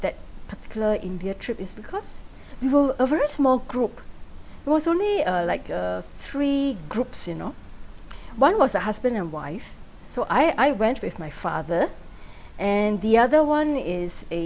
that particular india trip is because we were a very small group we was only uh like uh three groups you know one was a husband and wife so I I went with my father and the other one is a